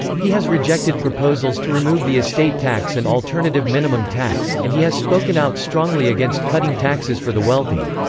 he has rejected proposals to remove the estate tax and alternative minimum tax, and he has spoken out strongly against cutting taxes for the wealthy.